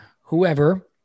whoever